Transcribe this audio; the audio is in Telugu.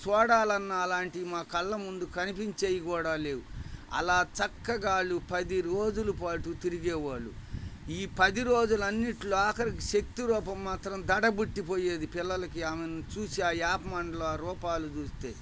చూడాలన్నా అలాంటివి మా కళ్ళముందు కనిపించేవి కూడా లేవు అలా చక్కగా వాళ్ళు పది రోజుల పాటు తిరిగేవాళ్ళు ఈ పది రోజులు అన్నింట్లో ఆఖరికి శక్తి రూపం మాత్రం దడ పుట్టి పోయేది పిల్లలకి ఆమెను చూసి ఆ వేపమండల రూపాలు చూస్తే